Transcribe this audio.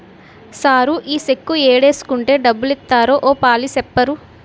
sir ఈ cheque ఏడేసుకుంటే డబ్బులిత్తారో ఓ పాలి సెప్పరూ